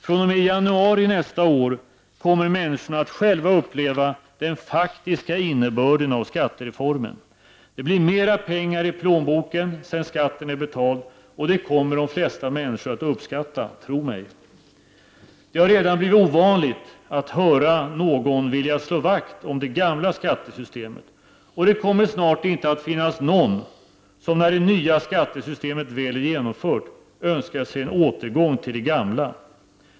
fr.o.m. januari nästa år kommer människorna att själva uppleva den faktiska innebörden av skattereformen. Det blir mera pengar i plånboken sedan skatten är betald, och det kommer det flesta människor att uppskatta — tro mig! Det har redan blivit ovanligt att höra någon säga sig vilja slå vakt om det gamla skattesystemet. Och det kommer snart inte att finnas någon som, när det nya skattesystemet väl är genomfört, önskar sig en återgång till det gamla.